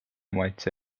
maitse